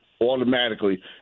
automatically